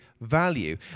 value